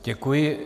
Děkuji.